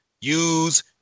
use